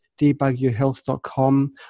debugyourhealth.com